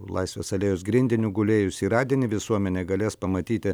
laisvės alėjos grindiniu gulėjusį radinį visuomenė galės pamatyti